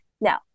Now